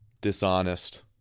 Dishonest